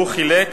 והוא חילק,